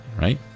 right